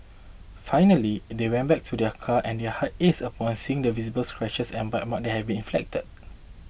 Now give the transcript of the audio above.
finally they went back to their car and their hearts ached upon seeing the visible scratches and bite marks have been inflicted